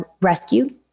rescued